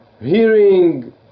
hearing